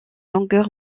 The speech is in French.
longueur